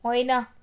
होइन